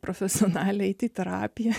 profesionalė eiti į terapija